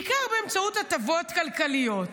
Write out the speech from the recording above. בעיקר באמצעות הטבות כלכליות.